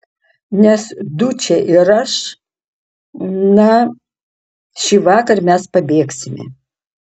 nes dučė ir aš na šįvakar mes pabėgsime